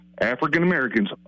African-Americans